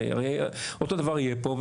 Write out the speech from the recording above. הרי אותו דבר יהיה פה,